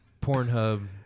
Pornhub